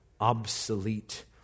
obsolete